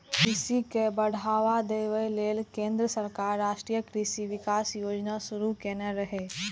कृषि के बढ़ावा देबा लेल केंद्र सरकार राष्ट्रीय कृषि विकास योजना शुरू केने रहै